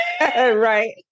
Right